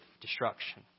destruction